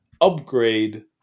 upgrade